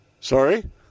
Sorry